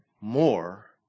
more